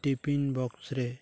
tiffin box ᱨᱮ